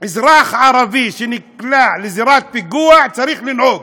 אזרח ערבי שנקלע לזירת פיגוע צריך לנהוג?